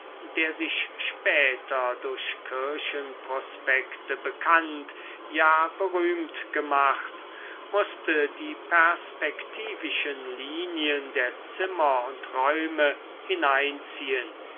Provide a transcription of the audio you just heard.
der sich später durch kirchenprospekte bekannt ja berühmt gemacht mußte die perspektivischen linien der zimmer und räume hineinziehen